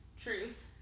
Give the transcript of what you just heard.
truth